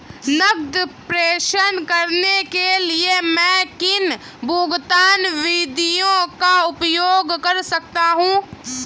नकद प्रेषण करने के लिए मैं किन भुगतान विधियों का उपयोग कर सकता हूँ?